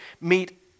meet